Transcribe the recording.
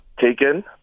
Taken